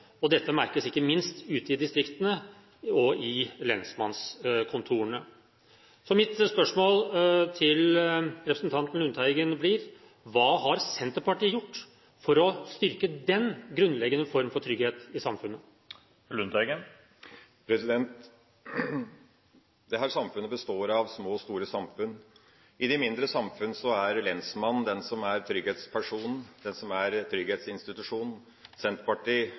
vakante. Dette merkes ikke minst ute i distriktene og i lensmannskontorene. Så mitt spørsmål til representanten Lundteigen blir: Hva har Senterpartiet gjort for å styrke den grunnleggende form for trygghet i samfunnet? Dette samfunnet består av små samfunn og store samfunn. I de mindre samfunnene er det lensmannen som er trygghetspersonen, som er trygghetsinstitusjonen.